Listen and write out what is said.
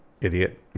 Idiot